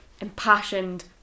impassioned